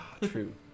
True